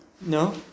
No